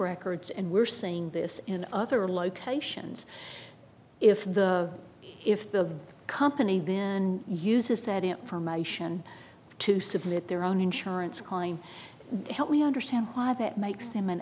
records and we're saying this in other locations if the if the company then uses that information to submit their own insurance claim help we understand why that makes him an